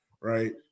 right